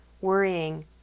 worrying